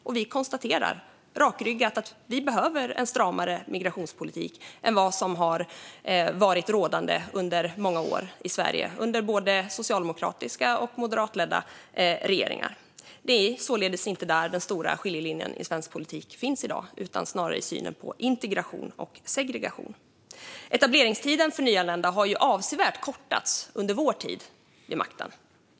Och vi konstaterar rakryggat att vi behöver en stramare migrationspolitik än vad som har varit rådande under många år i Sverige, under både socialdemokratiska och moderatledda regeringar. Det är således inte där den stora skiljelinjen finns i dag utan snarare i synen på integration och segregation. Etableringstiden för nyanlända har avsevärt kortats under vår tid vid makten.